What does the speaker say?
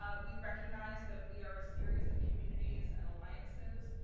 um we recognize that we are a series of communities and alliances,